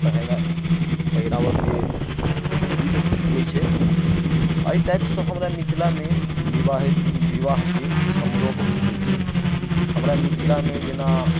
पहिना पहिराबेके विध होइत छै एहि टाइपसँ हमरा मिथिलामे विवाहित विवाहके समारोह होइत छै हमरा मिथिलामे जेना